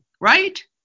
right